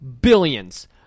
billions